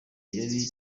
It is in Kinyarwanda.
yari